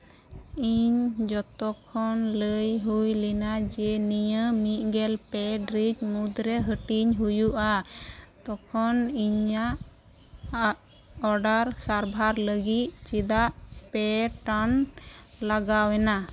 ᱤᱧ ᱡᱚᱛᱚᱠᱷᱚᱱ ᱞᱟᱹᱭ ᱦᱩᱭ ᱞᱮᱱᱟ ᱡᱮ ᱱᱤᱭᱟᱹ ᱢᱤᱫᱜᱮᱞ ᱯᱮ ᱴᱤᱲᱤᱡ ᱢᱩᱫᱽᱨᱮ ᱦᱟᱹᱴᱤᱧ ᱦᱩᱭᱩᱜᱼᱟ ᱛᱚᱠᱷᱚᱱ ᱤᱧᱟᱹᱜ ᱟᱜ ᱚᱰᱟᱨ ᱥᱟᱨᱷᱟᱨ ᱞᱟᱹᱜᱤᱫ ᱪᱮᱫᱟᱜ ᱯᱮ ᱴᱟᱲᱟᱝ ᱞᱟᱜᱟᱣ ᱮᱱᱟ